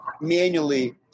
manually